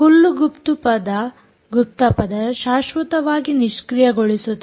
ಕೊಲ್ಲು ಗುಪ್ತಪದ ಶಾಶ್ವತವಾಗಿ ನಿಷ್ಕ್ರಿಯಗೊಳಿಸುತ್ತದೆ